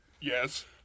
Yes